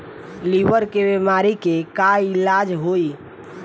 Liver के बीमारी के का इलाज होई?